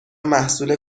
محصول